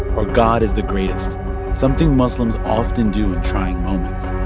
or god is the greatest something muslims often do in trying moments.